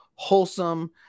Wholesome